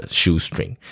shoestring 。